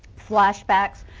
flash back.